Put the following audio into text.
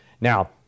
Now